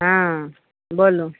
हँ बोलू